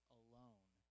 alone